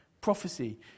prophecy